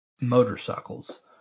motorcycles